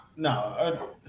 No